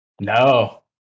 no